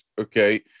okay